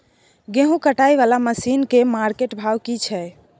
गेहूं कटाई वाला मसीन के मार्केट भाव की छै?